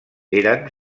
eren